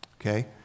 okay